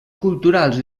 culturals